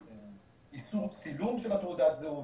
איסור צילום של תעודת הזהות,